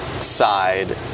side